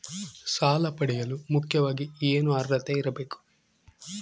ಸಾಲ ಪಡೆಯಲು ಮುಖ್ಯವಾಗಿ ಏನು ಅರ್ಹತೆ ಇರಬೇಕು?